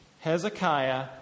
Hezekiah